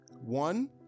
one